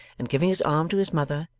and giving his arm to his mother,